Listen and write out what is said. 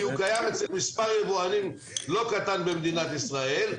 הוא קיים אצל מספר יבואנים לא קטן במדינת ישראל,